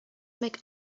make